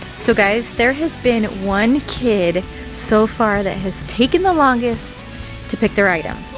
so guys there has been one kid so far that has taken the longest to pick their item.